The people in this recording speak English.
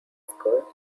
school